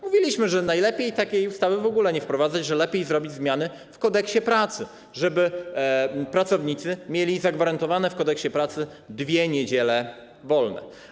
Mówiliśmy, że najlepiej takiej ustawy w ogóle nie wprowadzać, że lepiej zrobić zmiany w Kodeksie pracy, żeby pracownicy mieli zagwarantowane w Kodeksie pracy dwie niedziele wolne.